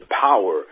power